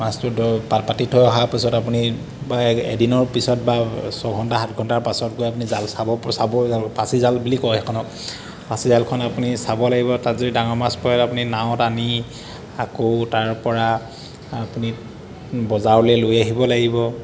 মাছটো ধ পা পাতি থৈ অহা পিছত আপুনি বা এদিনৰ পিছত বা ছঘণ্টা সাত ঘণ্টাৰ পাছত গৈ আপুনি জাল চাব চাব ফাঁচীজাল বুলি কয় সেইখনক ফাঁচীজালখন আপুনি চাব লাগিব তাত যদি ডাঙৰ মাছ পৰে আপুনি নাৱত আনি আকৌ তাৰ পৰা আপুনি বজাৰলৈ লৈ আহিব লাগিব